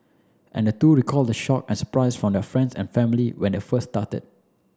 and the two recalled the shock at surprise from their friends and family when they first started